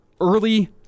early